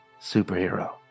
superhero